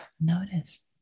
Notice